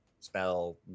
spell